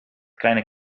kleine